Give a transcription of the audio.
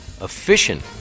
efficient